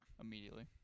immediately